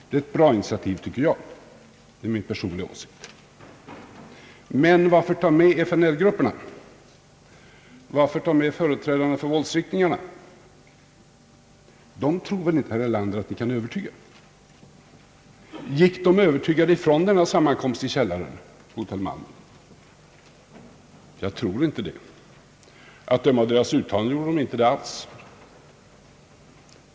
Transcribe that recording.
Det är ett bra initiativ enligt min personliga åsikt. Men varför ta med FNL-gruppernas representanter och företrädarna för de andra våldsriktningarna? Herr Erlander tror väl inte att vi kan övertyga dem? Gick de övertygade från sammankomsten i källaren på hotell Malmen? Jag tror inte det. Att döma av deras uttalanden gjorde de det inte alls.